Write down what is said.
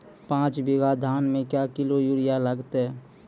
पाँच बीघा धान मे क्या किलो यूरिया लागते?